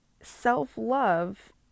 self-love